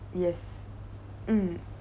yes mm